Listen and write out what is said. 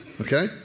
Okay